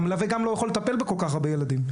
והמטפל לא יכול לטפל בכל כך הרבה ילדים.